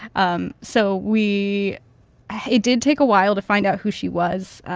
um so we it did take a while to find out who she was.